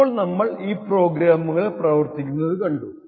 ഇപ്പോൾ നമ്മൾ ഈ പ്രോഗ്രാമുകൾ പ്രവർത്തിക്കുന്നത് കണ്ടു